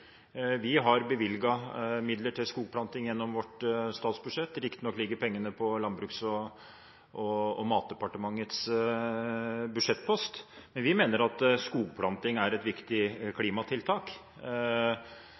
Vi har bevilget midler til skogplanting gjennom vårt statsbudsjett – riktignok ligger pengene på Landbruks- og matdepartementets budsjettpost. Men vi mener at skogplanting er et viktig